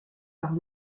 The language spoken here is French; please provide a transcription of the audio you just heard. par